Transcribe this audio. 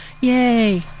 Yay